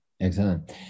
Excellent